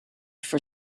for